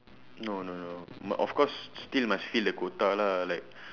no no no must of course still must fill the quota lah like